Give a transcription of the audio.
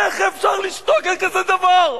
איך אפשר לשתוק על כזה דבר?